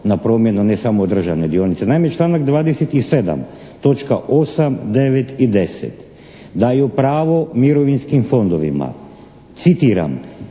na promjenu ne samo državne dionice. Naime, članak 27. točka 8., 9. i 10. daju pravo mirovinskim fondovima citiram: